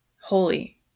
holy